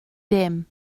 dim